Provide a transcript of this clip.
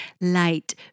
light